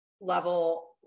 level